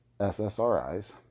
SSRIs